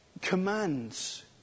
commands